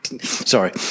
Sorry